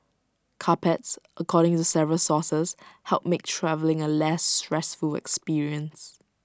carpets according to several sources help make travelling A less stressful experience